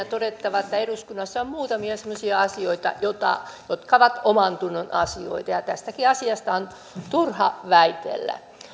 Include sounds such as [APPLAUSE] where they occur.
[UNINTELLIGIBLE] todettava että eduskunnassa on muutamia semmoisia asioita jotka ovat omantunnon asioita ja tästäkin asiasta on turha väitellä